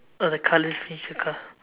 oh the colours the car